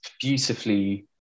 beautifully